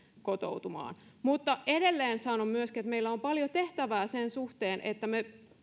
kotoutumaan mutta edelleen sanon myöskin että meillä on paljon tehtävää sen suhteen että me